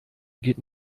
geht